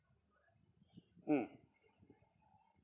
mm